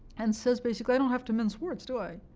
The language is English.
and says, basically i don't have to mince words, do i?